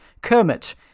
Kermit